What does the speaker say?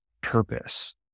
purpose